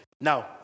Now